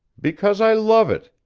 because i love it.